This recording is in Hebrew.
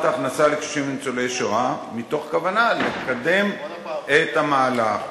הכנסה לקשישים וניצולי שואה מתוך כוונה לקדם את המהלך.